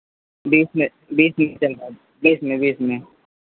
बीस में बीस में चल रहा है बीस में